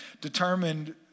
determined